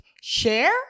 share